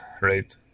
right